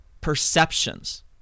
perceptions